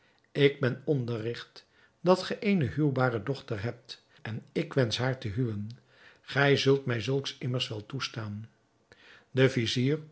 ik ben onderrigt dat gij eene huwbare dochter hebt en ik wensch haar te huwen gij zult mij zulks immers wel toestaan de vizier